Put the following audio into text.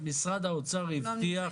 משרד האוצר הבטיח